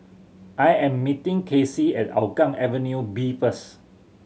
I am meeting Kaycee at Hougang Avenue B first